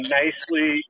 nicely